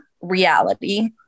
reality